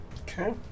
Okay